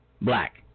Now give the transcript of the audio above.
black